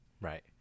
right